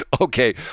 Okay